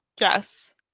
Yes